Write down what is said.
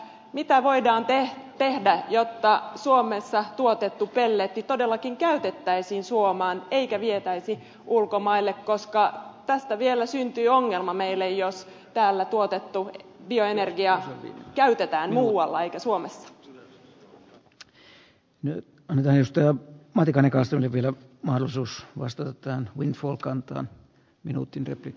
mitä voidaan tehdä jotta suomessa tuotettu pelletti todellakin käytettäisiin suomessa eikä vietäisi ulkomaille koska tästä syntyy vielä ongelma meille jos täällä tuotettu bioenergia käytetään muualla eikä suomessa on nyt on itäistä matikainen kasteli vielä mahdollisuus vastata anhuin folk antaa minuutin rätti